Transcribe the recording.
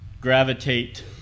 Gravitate